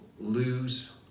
lose